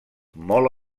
molt